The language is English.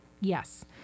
Yes